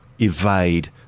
evade